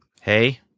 hey